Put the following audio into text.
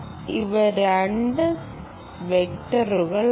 ഇവ രണ്ട് വെക്ടറുകളാണ്